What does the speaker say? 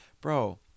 bro